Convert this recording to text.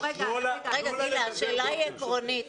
השאלה היא עקרונית.